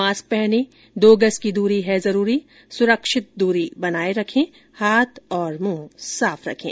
mask पहनें दो गज की दूरी है जरूरी सुरक्षित दूरी बनाए रखें हाथ और मुंह साफ रखें